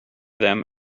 them